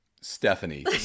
Stephanie